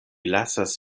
lasas